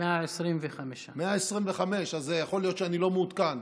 125. 125, אז יכול להיות שאני לא מעודכן.